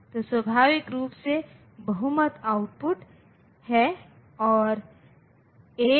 इसलिए मैं 0 से प्लस 7 और माइनस 1 से माइनस 7 तक जा सकता हूं